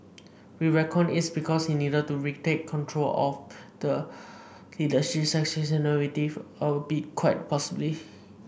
we reckon it's because he needed to retake control of the leadership succession narrative a bit quite possibly